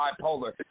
bipolar